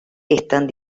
están